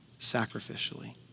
sacrificially